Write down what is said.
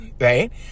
Right